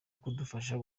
kudufasha